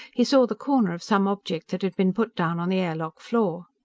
he saw the corner of some object that had been put down on the air-lock floor.